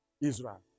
Israel